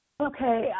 Okay